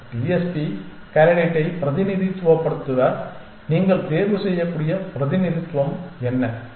மற்றும் TSP கேண்டிடேட்டை பிரதிநிதித்துவப்படுத்த நீங்கள் தேர்வுசெய்யக்கூடிய பிரதிநிதித்துவம் என்ன